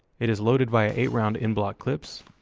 it is loaded via eight-round en bloc clips,